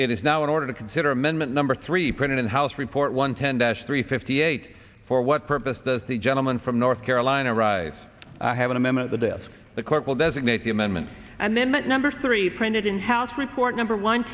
it is now in order to consider amendment number three printed in the house report one ten dash three fifty eight for what purpose does the gentleman from north carolina arise i haven't a member of the disk the court will designate the amendment and then number three printed in house report number one